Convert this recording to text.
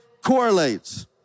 correlates